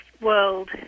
world